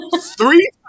Three